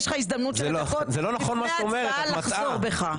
יש לך הזדמנות של הדקות לפני ההצבעה לחזור בך.